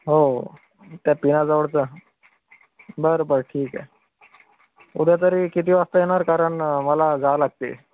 हो त्या पिना जवळच बरं बरं ठीक आहे उद्या तरी किती वाजता येणार कारण मला जा लागते